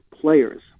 players